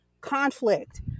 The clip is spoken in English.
conflict